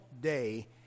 day